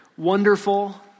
Wonderful